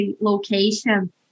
location